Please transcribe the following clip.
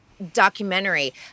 documentary